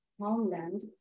homeland